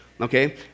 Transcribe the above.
Okay